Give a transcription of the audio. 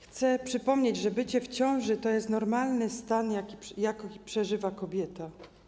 Chcę przypomnieć, że bycie w ciąży to jest normalny stan, jaki przeżywa kobieta.